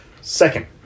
second